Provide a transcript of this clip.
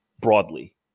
broadly